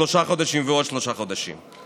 שלושה חודשים ועוד שלושה חודשים.